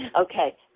Okay